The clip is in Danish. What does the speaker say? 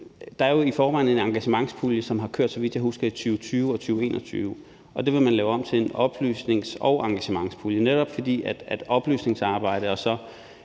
er der jo i forvejen en engagementspulje, som har kørt, så vidt jeg husker i 2020 og 2021, og det vil man lave om til en oplysnings- og engagementspulje, netop fordi oplysningsarbejdet og